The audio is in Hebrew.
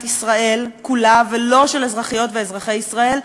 ישראל כולה ולא של אזרחיות ואזרחי ישראל,